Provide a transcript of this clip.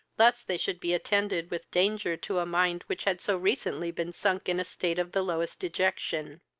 lest they should be attended with danger to a mind which had so recently been sunk in a state of the lowest dejection.